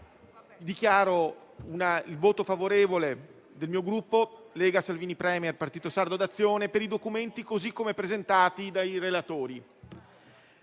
dichiaro il voto favorevole del mio Gruppo Lega-Salvini Premier-Partito Sardo d'Azione per i documenti così come presentati dai relatori.